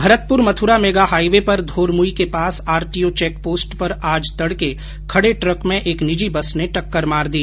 Bharatpur Mathura mega highway पर धोरमुई के पास आरटीओ चेक पोस्ट पर आज तड़के खड़े ट्रक में एक निर्जी बस ने टक्कर मार दी